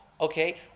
Okay